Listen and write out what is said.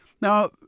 Now